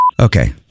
Okay